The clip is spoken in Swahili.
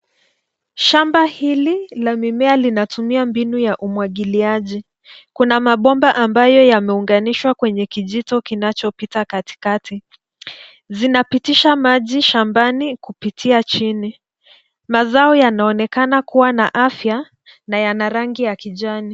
Shamba hili la mimea linatumia mbinu ya umwagiliaji, kuna mabomba ambayo yameunganishwa kwenye kijito kinachopita katikati. Zinapitisha maji shambani kupitia chini. Mazao yanaonekna kuwa na afya na yana rangi ya kijani.